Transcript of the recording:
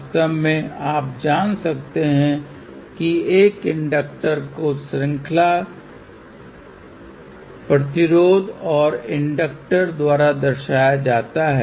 वास्तव में आप जान सकते हैं कि एक इंडक्टर को श्रृंखला प्रतिरोध और इंडक्टर द्वारा दर्शाया जाता है